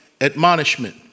admonishment